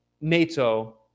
NATO